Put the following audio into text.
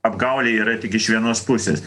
apgaulė yra tik iš vienos pusės